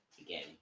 again